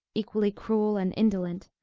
equally cruel and indolent,